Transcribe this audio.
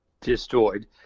destroyed